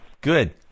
good